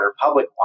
public